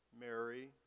Mary